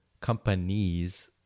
companies